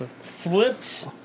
flips